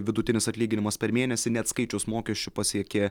vidutinis atlyginimas per mėnesį neatskaičius mokesčių pasiekė